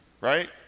right